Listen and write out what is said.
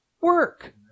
work